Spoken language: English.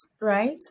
right